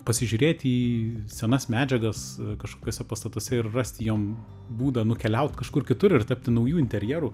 pasižiūrėti į senas medžiagas kažkokiuose pastatuose ir rasti jom būdą nukeliaut kažkur kitur ir tapti nauju interjeru